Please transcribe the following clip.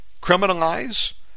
criminalize